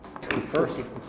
First